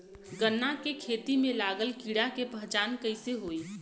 गन्ना के खेती में लागल कीड़ा के पहचान कैसे होयी?